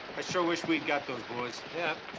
i sure wish we'd got those boys. yeah.